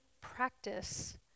practice